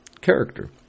character